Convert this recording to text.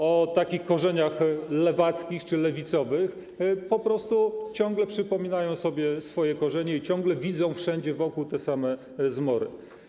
o korzeniach lewackich czy lewicowych po prostu ciągle przypominają sobie swoje korzenie i ciągle widzą wszędzie wokół te same zmory.